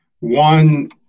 one